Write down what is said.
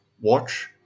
watch